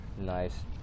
Nice